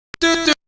do